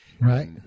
right